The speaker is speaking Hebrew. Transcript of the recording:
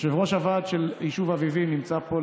יושב-ראש הוועד של היישוב אביבים נמצא פה.